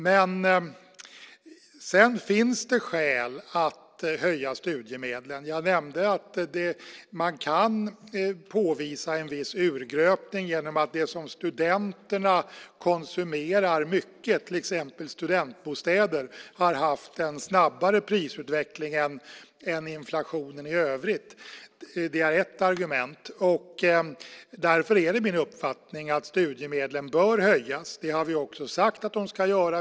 Det finns skäl att höja studiemedlen. Jag nämnde att man kan påvisa en viss urgröpning genom att sådant som studenterna konsumerar mycket, till exempel studentbostäder, haft en snabbare prisutveckling än inflationen i övrigt. Det är ett argument, och därför är det min uppfattning att studiemedlen bör höjas. Det har vi också sagt ska ske.